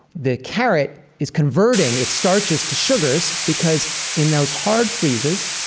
the carrot is converting its starches to sugars because, in those hard freezes,